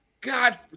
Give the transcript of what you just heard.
God